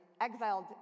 exiled